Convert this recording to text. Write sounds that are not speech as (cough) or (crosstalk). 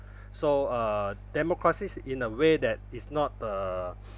(breath) so err democracies in a way that is not err (breath)